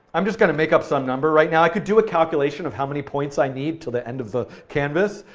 i'm just going to make up some number right now. i could do a calculation of how many points i need til the end of the canvas,